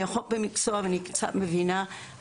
אני אחות במקצועי ואני קצת מבינה.